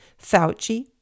Fauci